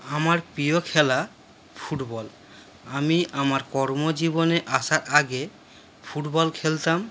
আমার প্রিয় খেলা ফুটবল আমি আমার কর্মজীবনে আসার আগে ফুটবল খেলতাম